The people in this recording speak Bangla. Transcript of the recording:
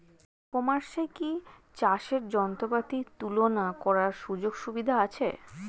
ই কমার্সে কি চাষের যন্ত্রপাতি তুলনা করার সুযোগ সুবিধা আছে?